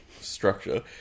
structure